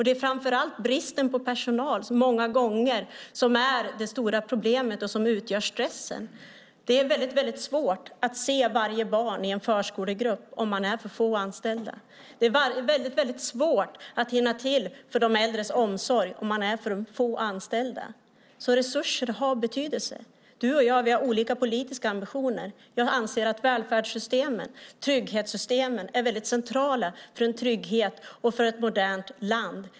Det är framför allt bristen på personal som många gånger är det stora problemet och som skapar stress. Det är svårt att se varje barn i en förskolegrupp om man är för få anställda. Det är svårt att hinna ge de äldre omsorg om man är för få anställda. Resurser har alltså betydelse. Du och jag, Göran Pettersson, har olika politiska ambitioner. Jag anser att välfärdssystemen, trygghetssystemen, är centrala för tryggheten i ett modernt land.